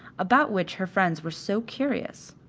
about which her friends were so curious.